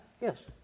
Yes